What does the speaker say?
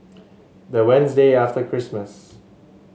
the Wednesday after Christmas